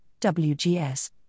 WGS